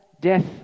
death